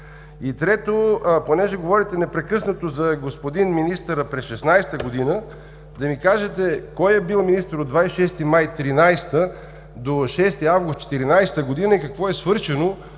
И трето, понеже говорите непрекъснато за господин министъра през 2016 г. да ми кажете кой е бил министър от 26 май 2013 г. до 6 август 2014 г. и какво е свършено